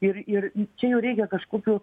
ir ir čia jau reikia kažkokių